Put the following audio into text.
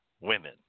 women